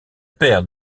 père